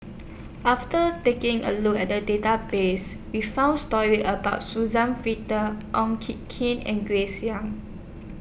after taking A Look At The Database We found stories about Suzann Victor Oon Kee Kin and Grace Young